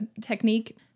technique